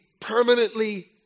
permanently